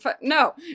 No